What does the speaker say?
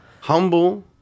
humble